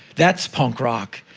that's punk rock,